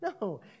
No